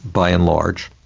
by and large.